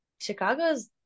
Chicago's